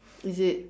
is it